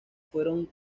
fueron